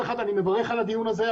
מצד אחד אני מברך על הדיון הזה,